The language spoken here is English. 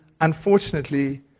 unfortunately